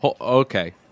Okay